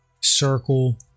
circle